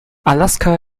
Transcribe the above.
alaska